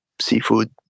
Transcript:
seafood